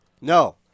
No